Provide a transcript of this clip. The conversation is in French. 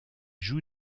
joue